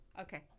Okay